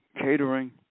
catering